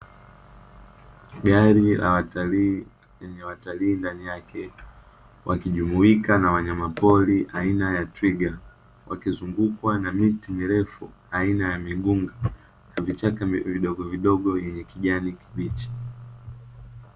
Gari la watalii lenye watalii ndani yake wakijumuika na wanyamapori aina ya twiga, wakizungukwa na miti mirefu aina ya migunga na vichaka vidogovidogo vyenye kijani kibichi.